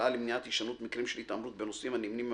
על למניעת הישנות מקרים של התעמרות בנוסעים הנמנים על